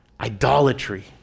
idolatry